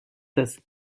das